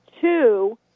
two